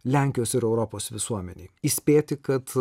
lenkijos ir europos visuomenei įspėti kad